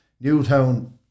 Newtown